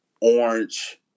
orange